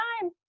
time